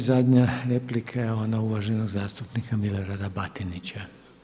I zadnja replika je ona uvaženog zastupnika Milorada Batinića.